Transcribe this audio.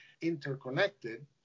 interconnected